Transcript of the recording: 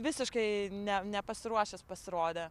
visiškai ne nepasiruošęs pasirodė